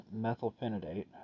methylphenidate